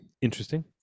interesting